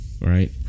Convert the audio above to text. right